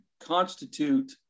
constitute